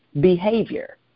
behavior